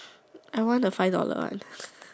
I want the five dollar one